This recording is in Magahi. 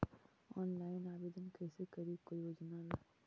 ऑनलाइन आवेदन कैसे करी कोई योजना ला?